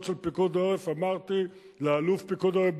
של פיקוד העורף ואמרתי לאלוף פיקוד העורף,